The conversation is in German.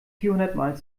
vierhundertmal